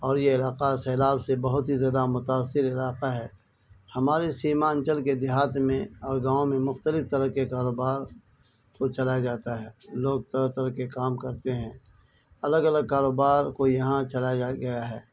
اور یہ علاقہ سیلاب سے بہت ہی زیادہ متاثر علاقہ ہے ہمارے سیمانچل کے دیہات میں اور گاؤں میں مختلف طرح کے کاروبار کو چلایا جاتا ہے لوگ طرح طرح کے کام کرتے ہیں الگ الگ کاروبار کو یہاں چلایا گیا ہے